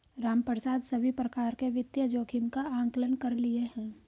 रामप्रसाद सभी प्रकार के वित्तीय जोखिम का आंकलन कर लिए है